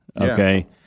Okay